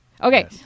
Okay